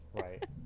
Right